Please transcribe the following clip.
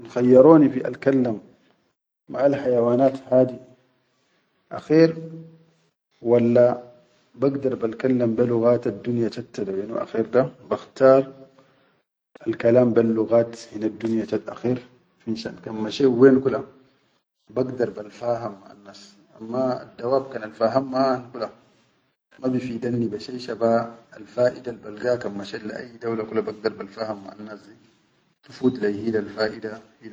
Kan khayyoroni fi alkallam maʼal haya wanaat hadi akher, walla bagdar balkallam maʼa luqataddunya da wenu akher da bakhtaar alkalam belluqat hineddunya chat akher finshan kan mashet wen kula bagdar balfaham maʼannas, amma addawaab kan alfaham maʼannas, amma addawaab kan alfaham maʼan kula ma bifidanni be shai shaba alfaʼidal bal ga kan mashet le ayyi dawla kula bagda balfaham maʼannas di tifut lai hilal faida.